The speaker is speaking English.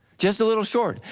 just a little short.